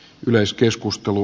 yleiskeskustelu